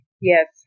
Yes